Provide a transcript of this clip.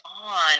on